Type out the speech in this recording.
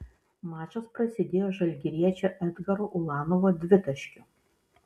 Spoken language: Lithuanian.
mačas prasidėjo žalgiriečio edgaro ulanovo dvitaškiu